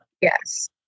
Yes